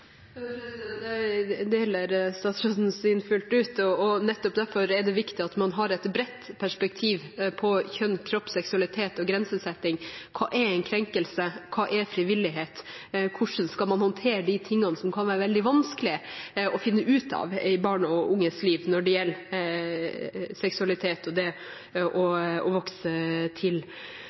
Jeg deler statsrådens syn fullt ut, og nettopp derfor er det viktig at man har et bredt perspektiv på kjønn, kropp, seksualitet og grensesetting. Hva er en krenkelse? Hva er frivillighet? Hvordan skal man håndtere de tingene som kan være veldig vanskelig å finne ut av i barn og unges liv når det gjelder seksualitet og det å vokse til?